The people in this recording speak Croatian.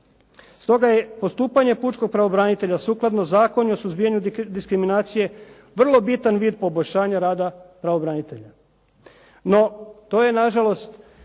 Stoga je postupanje pučkog pravobranitelja sukladno Zakonu o suzbijanju diskriminacije vrlo bitan vid poboljšanja rada pravobranitelja.